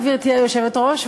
גברתי היושבת-ראש,